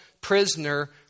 prisoner